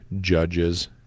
judges